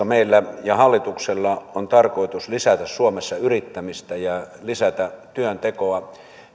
meillä ja hallituksella on tarkoitus lisätä suomessa yrittämistä ja lisätä työntekoa